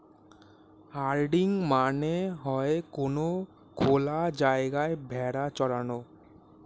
herding মানে হয়ে কোনো খোলা জায়গায় ভেড়া চরানো